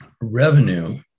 Revenue